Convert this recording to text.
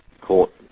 court